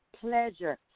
pleasure